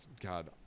God